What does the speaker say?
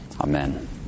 Amen